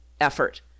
effort